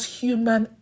human